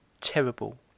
terrible